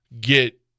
get